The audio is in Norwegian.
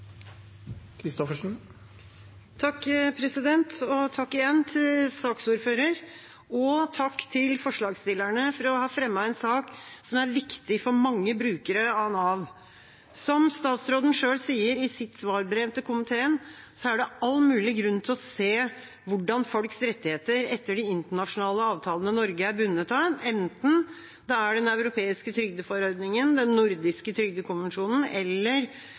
Takk igjen til saksordføreren, og takk til forslagsstillerne for å ha fremmet en sak som er viktig for mange brukere av Nav. Som statsråden selv sier i sitt svarbrev til komiteen, er det all mulig grunn til å se på hvordan folks rettigheter etter de internasjonale avtalene Norge er bundet av, enten det er den europeiske trygdeforordningen, den nordiske trygdekonvensjonen eller